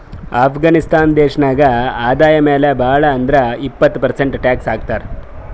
ಅಫ್ಘಾನಿಸ್ತಾನ್ ದೇಶ ನಾಗ್ ಆದಾಯ ಮ್ಯಾಲ ಭಾಳ್ ಅಂದುರ್ ಇಪ್ಪತ್ ಪರ್ಸೆಂಟ್ ಟ್ಯಾಕ್ಸ್ ಹಾಕ್ತರ್